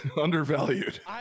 Undervalued